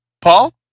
Paul